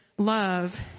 love